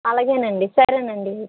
అలాగేనండి సరేనండి